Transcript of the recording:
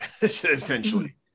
essentially